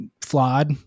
flawed